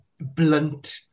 blunt